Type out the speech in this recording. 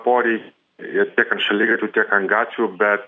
porei ir šaligatvių tiek ant gatvių bet